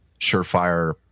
surefire